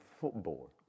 football